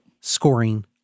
scoring